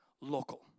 local